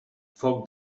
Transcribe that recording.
foc